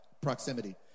proximity